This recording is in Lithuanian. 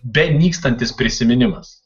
benykstantis prisiminimas